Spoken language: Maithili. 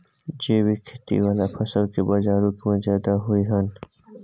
जैविक खेती वाला फसल के बाजारू कीमत ज्यादा होय हय